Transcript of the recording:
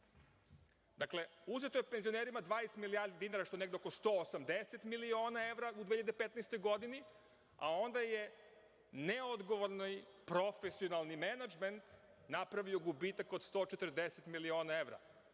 evra. Dakle, uzeto je penzionerima 20 milijardi dinara, što je negde oko 180 miliona evra u 2015. godini, a onda je neodgovorni profesionalni menadžment napravio gubitak od 140 miliona evra.